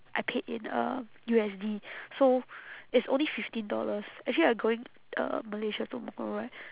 I paid in um U_S_D so it's only fifteen dollars actually I going uh malaysia tomorrow right